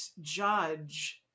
judge